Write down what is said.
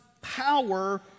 power